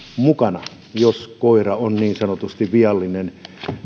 mukana jos koira on niin sanotusti viallinen